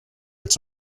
its